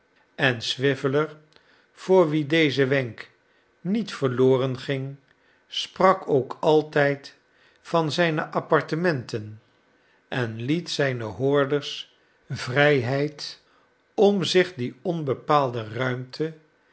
en swiveller voor wien deze wenk niet verloren ging sprak ook altijd van zijne apartementen en liet zijne hoorders vrijheid om zich die onbepaalde ruimte